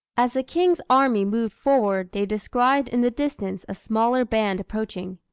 as the king's army moved forward they descried in the distance a smaller band approaching.